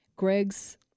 Greg's